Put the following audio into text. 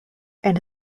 and